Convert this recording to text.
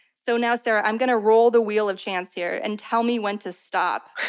so now, sarah, i'm going to roll the wheel of chance here, and tell me when to stop.